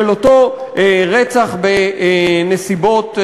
של אותו רצח בנסיבות חריגות.